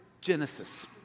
Genesis